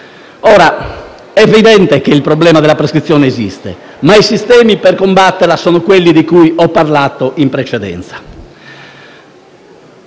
È evidente che il problema della prescrizione esiste, ma i sistemi per combatterla solo quelli di cui ho parlato in precedenza.